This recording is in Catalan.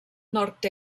nord